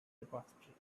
repository